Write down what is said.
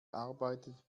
arbeitet